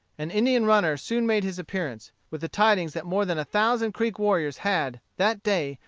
an indian runner soon made his appearance, with the tidings that more than a thousand creek warriors had, that day,